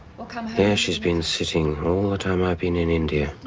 um here she's been sitting, all the time i've been in india,